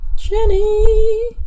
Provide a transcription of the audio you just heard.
Jenny